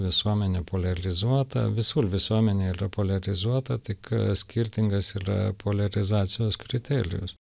visuomenė poliarizuota visur visuomenė yra poliarizuota tik a skirtingas yra poliarizacijos kriterijus